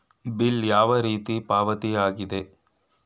Bill ಯಾವ ರೀತಿಯ ಪಾವತಿಯಾಗಿದೆ?